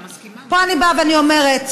פה אני באה ואני אומרת: